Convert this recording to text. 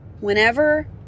whenever